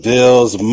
Bills